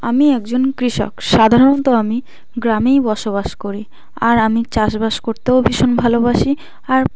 আমি একজন কৃষক সাধারণত আমি গ্রামেই বসবাস করি আর আমি চাষবাস করতেও ভীষণ ভালোবাসি আর